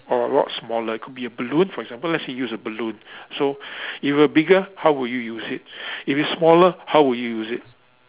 or a lot smaller could be a balloon for example let's say use a balloon so if it were bigger how would you use it if it were smaller how would you use it